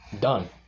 done